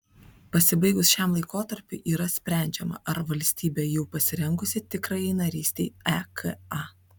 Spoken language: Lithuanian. pasibaigus šiam laikotarpiui yra sprendžiama ar valstybė jau pasirengusi tikrajai narystei eka